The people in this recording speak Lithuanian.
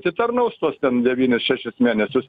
atitarnaus tuos ten devynis šešis mėnesius